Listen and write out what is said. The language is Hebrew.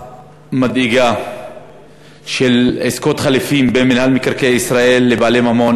מדאיגה של עסקות חליפין בין מינהל מקרקעי ישראל לבעלי ממון,